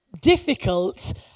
difficult